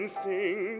sing